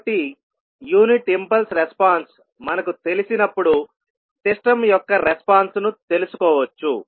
కాబట్టి unit impulse response మనకు తెలిసినప్పుడు సిస్టమ్ యొక్క రెస్పాన్స్ ను తెలుసుకోవచ్చు